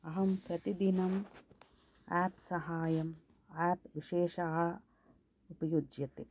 अहं प्रतिदिनं एप् साहाय्यं एप् विशेषाः उपयुज्यते